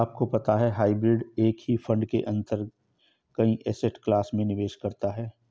आपको पता है हाइब्रिड एक ही फंड के अंदर कई एसेट क्लास में निवेश करता है?